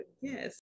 yes